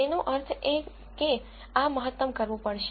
તેનો અર્થ એ કે આ મહત્તમ કરવું પડશે